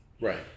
Right